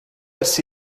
ers